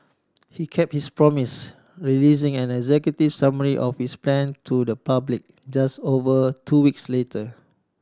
he kept his promise releasing an executive summary of his plan to the public just over two weeks later